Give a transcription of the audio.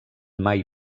mai